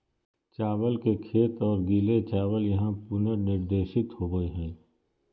चावल के खेत और गीले चावल यहां पुनर्निर्देशित होबैय हइ